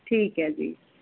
ਠੀਕ ਹੈ ਜੀ